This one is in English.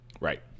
Right